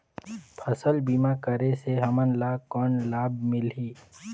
फसल बीमा करे से हमन ला कौन लाभ मिलही?